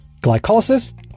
Glycolysis